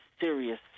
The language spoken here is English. serious